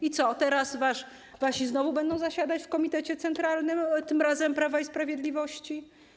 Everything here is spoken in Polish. I co, teraz wasi znowu będą zasiadać w komitecie centralnym, tym razem Prawa i Sprawiedliwości?